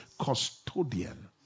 custodian